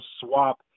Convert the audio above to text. swap